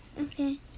Okay